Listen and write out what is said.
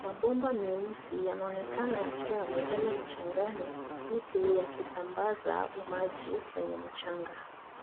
Mabomba meusi yanaonekana yakiwa yamelala mchangani huku yakisambaza maji kwenye mchanga.